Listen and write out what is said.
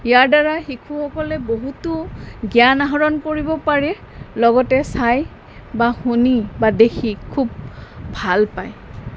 ইয়াৰদ্বাৰাই শিশুসকলে বহুতো জ্ঞান আহৰণ কৰিব পাৰে লগতে চাই বা শুনি বা দেখি খুব ভাল পায়